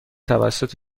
توسط